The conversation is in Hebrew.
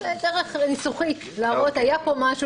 אז זו דרך ניסוחית להראות שהיה פה משהו